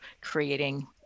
creating